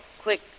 quick